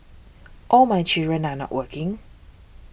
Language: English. all my children are not working